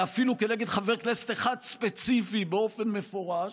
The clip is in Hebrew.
ואפילו כנגד חבר כנסת אחד ספציפי באופן מפורש,